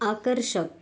आकर्षक